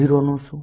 ⍴0 નું શું